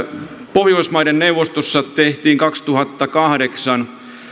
pohjoismaiden neuvostossa tehtiin kaksituhattakahdeksan